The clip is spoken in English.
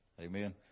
Amen